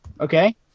Okay